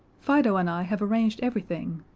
fido and i have arranged everything.